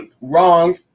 Wrong